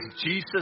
Jesus